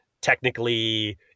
technically